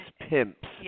pimps